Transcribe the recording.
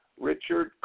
Richard